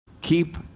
keep